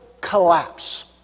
collapse